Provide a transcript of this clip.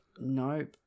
Nope